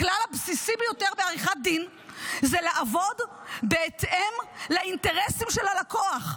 הכלל הבסיסי ביותר בעריכת דין זה לעבוד בהתאם לאינטרסים של הלקוח,